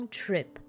trip